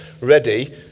ready